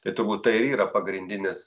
tai turbūt tai ir yra pagrindinis